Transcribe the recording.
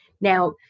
Now